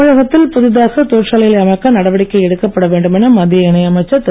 தமிழகத்தில் புதிதாக தொழிற்சாலைகளை அமைக்க நடவடிக்கை எடுக்கப்பட வேண்டும் என மத்திய இணை அமைச்சர் திரு